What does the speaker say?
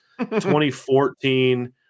2014